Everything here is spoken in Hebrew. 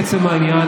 לעצם העניין,